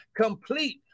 complete